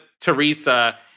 Teresa